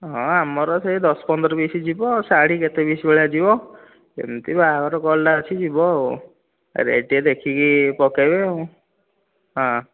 ହଁ ଆମର ସେଇ ଦଶ ପନ୍ଦର ପିସ୍ ଯିବ ଆଉ ଶାଢୀ କେତେ ପିସ୍ ଭଳିଆ ଯିବ ଏମିତି ବାହଘର କଲ୍ଟା ଅଛି ଯିବ ଆଉ ରେଟ୍ ଟିକିଏ ଦେଖିକି ପକେଇବେ ଆଉ ହଁ